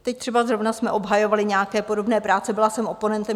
Teď třeba zrovna jsme obhajovali nějaké podobné práce, byla jsem oponentem.